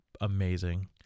amazing